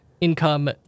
income